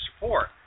support